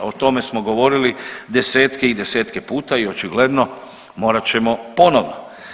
O tome smo govorili desetke i desetke puta i očigledno morat ćemo ponovo.